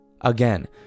Again